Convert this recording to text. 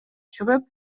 чыгып